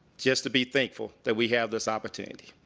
just to be thankful that we have this opportunity.